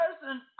person